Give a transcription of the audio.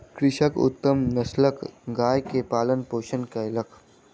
कृषक उत्तम नस्लक गाय के पालन पोषण कयलक